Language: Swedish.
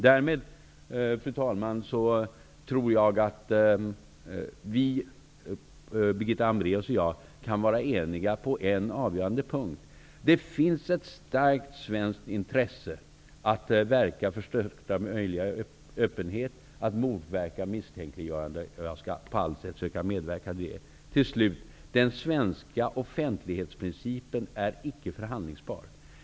Fru talman! Därmed tror jag att Birgitta Hambraeus och jag kan vara eniga på en avgörande punkt. Det finns ett starkt svenskt intresse av att verka för största möjliga öppenhet och att motverka misstänkliggörande. Jag skall på allt sätt söka medverka till det. Avslutningsvis vill jag säga att den svenska offentlighetsprincipen icke är förhandlingsbar.